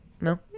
no